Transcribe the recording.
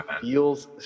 feels